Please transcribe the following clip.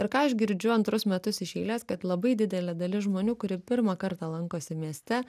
ir ką aš girdžiu antrus metus iš eilės kad labai didelė dalis žmonių kuri pirmą kartą lankosi mieste